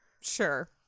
Sure